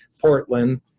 Portland